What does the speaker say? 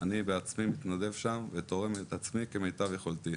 אני בעצמי מתנדב שם ותורם את עצמי כמיטב יכולתי.